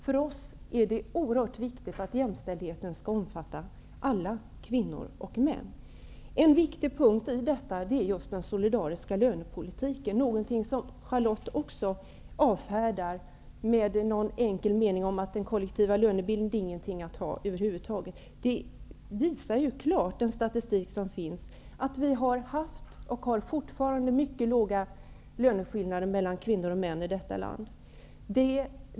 För oss är det oerhört viktigt att jämställdheten skall innefatta alla kvinnor och män. En viktig punkt i detta är den solidariska lönepolitiken -- något som Charlotte Cederschiöld också avfärdar med en enkel mening om att den kollektiva lönebildningen inte är någonting att ha över huvud taget. Den statistik som finns visar ju klart att vi har haft, och fortfarande har, mycket låga löneskillnader mellan kvinnor och män i detta land.